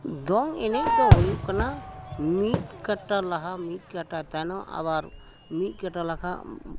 ᱫᱚᱝ ᱮᱱᱮᱡ ᱫᱚ ᱦᱩᱭᱩᱜ ᱠᱟᱱᱟ ᱢᱤᱫ ᱠᱟᱴᱟ ᱞᱟᱦᱟ ᱢᱤᱫ ᱠᱟᱴᱟ ᱛᱟᱭᱱᱚᱢ ᱟᱵᱟᱨ ᱢᱤᱫ ᱠᱟᱴᱟ ᱞᱟᱦᱟ